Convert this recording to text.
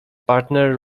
partner